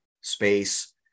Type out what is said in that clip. space